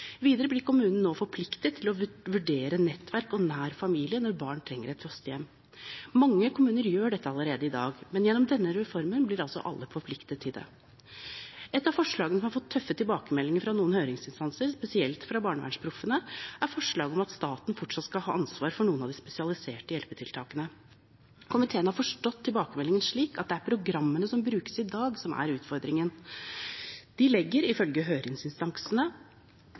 Videre blir kommunen nå forpliktet til å vurdere nettverk og nær familie når barn trenger et fosterhjem. Mange kommuner gjør dette allerede i dag, men gjennom denne reformen blir altså alle forpliktet til det. Et av forslagene som har fått tøffe tilbakemeldinger fra noen høringsinstanser, spesielt fra BarnevernsProffene, er forslaget om at staten fortsatt skal ha ansvar for noen av de spesialiserte hjelpetiltakene. Komiteen har forstått tilbakemeldingen slik at det er programmene som brukes i dag, som er utfordringen. De legger, ifølge høringsinstansene,